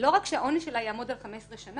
לא רק שהעונש שלה יעמוד על 15 שנים,